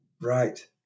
right